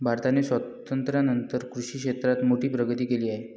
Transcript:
भारताने स्वातंत्र्यानंतर कृषी क्षेत्रात मोठी प्रगती केली आहे